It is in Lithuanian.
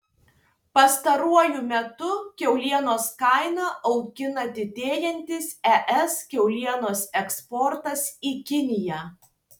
pastaruoju metu kiaulienos kainą augina didėjantis es kiaulienos eksportas į kiniją